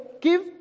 give